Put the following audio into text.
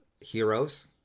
heroes